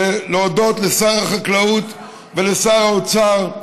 ולהודות לשר החקלאות ולשר האוצר,